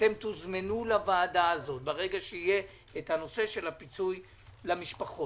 אתם תוזמנו לוועדה הזאת ברגע שידובר על הפיצוי למשפחות.